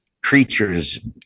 creatures